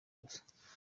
gusa